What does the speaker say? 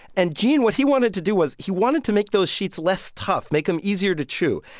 and gene what he wanted to do was he wanted to make those sheets less tough, make them easier to chew.